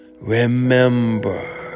Remember